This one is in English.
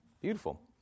Beautiful